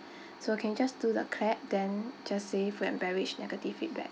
so can you just do the clap then just say food and beverage negative feedback